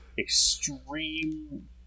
Extreme